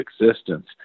existence